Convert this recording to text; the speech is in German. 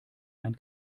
ein